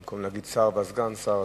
במקום להגיד שר וסגן שר,